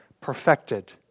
perfected